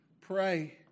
Pray